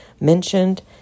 mentioned